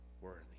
worthy